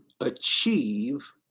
achieve